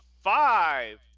five